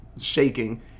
shaking